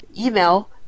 email